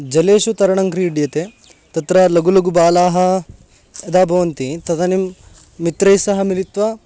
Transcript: जलेषु तरणं क्रीड्यते तत्र लघुलघुबालाः यदा भवन्ति तदानीं मित्रैः सह मिलित्वा